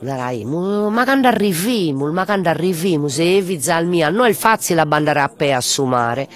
Naraimus ma cando arrivimus, ma cando arrivimus, ei fizas mias no est fazzile a b'andare a pê a su mare,